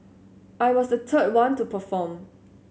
I was the third one to perform